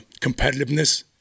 competitiveness